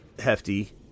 hefty